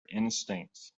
instincts